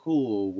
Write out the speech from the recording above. Cool